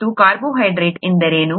ಮತ್ತು ಕಾರ್ಬೋಹೈಡ್ರೇಟ್ ಎಂದರೇನು